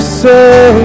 say